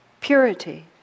purity